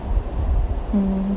mm